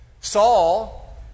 Saul